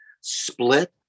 split